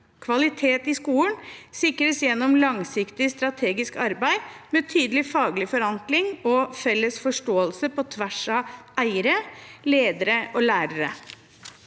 Kvalitet i skolen sikres gjennom langsiktig strategisk arbeid, med tydelig faglig forankring og felles forståelse på tvers av eiere, ledere og lærere.